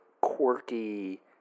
quirky